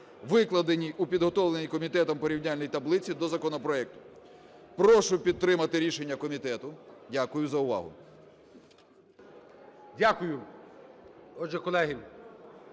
викладеній у підготовленій комітетом порівняльній таблиці до законопроекту. Прошу підтримати рішення комітету. Дякую за увагу. ГОЛОВУЮЧИЙ. Дякую. Отже, колеги,